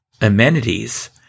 amenities –